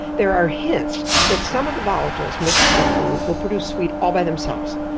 there are hints that some of the volatiles mixed with food will produce sweet all by themselves,